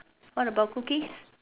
what about cookies